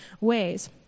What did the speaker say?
ways